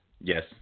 Yes